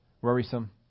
worrisome